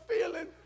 feeling